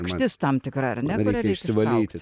rakštis tam tikra ar ne kurią reik ištraukt